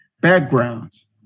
backgrounds